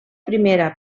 primera